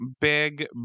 big